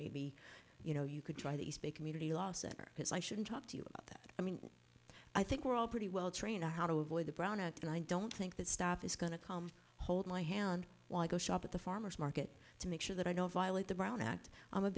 maybe you know you could try these be a community law center because i shouldn't talk to you about that i mean i think we're all pretty well trained on how to avoid the brownouts and i don't think that stop is going to come hold my hand while i go shop at the farmer's market to make sure that i don't violate the brown act i'm a